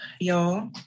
Y'all